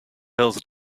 bills